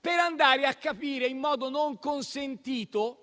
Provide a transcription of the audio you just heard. per andare a capire in modo non consentito